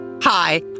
Hi